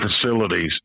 facilities